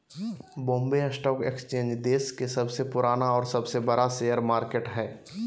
Bombay stock exchange देश के सबसे पुराना और सबसे बड़ा शेयर मार्केट हइ